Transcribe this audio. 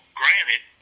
granted